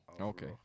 okay